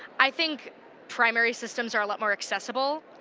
i think primary systems are ah but more accessible.